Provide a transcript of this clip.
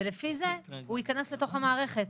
ולפי זה הוא ייכנס לתוך המערכת.